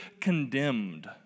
condemned